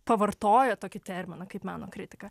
pavartojo tokį terminą kaip meno kritika